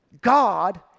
God